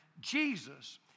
Jesus